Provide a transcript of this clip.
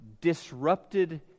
disrupted